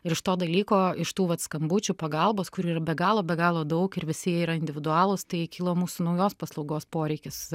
ir iš to dalyko iš tų vat skambučių pagalbos kurių yra be galo be galo daug ir visi jie yra individualūs tai kilo mūsų naujos paslaugos poreikis